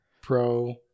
pro